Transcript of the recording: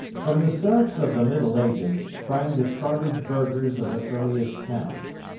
from the serfs of the middle ages sprang the chartered burghers of the earliest towns.